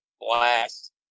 blast